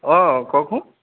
অঁ কওকচোন